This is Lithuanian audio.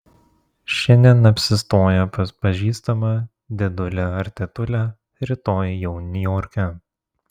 šiandien apsistoję pas pažįstamą dėdulę ar tetulę rytoj jau niujorke